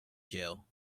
jell